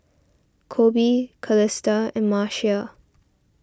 Koby Calista and Marcia